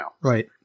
Right